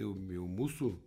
jau jau mūsų